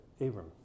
Abram